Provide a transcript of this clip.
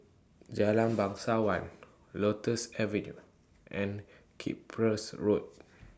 Jalan Bangsawan Lotus Avenue and Cyprus Road